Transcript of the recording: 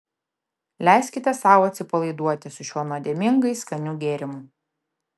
leiskite sau atsipalaiduoti su šiuo nuodėmingai skaniu gėrimu